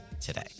today